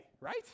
right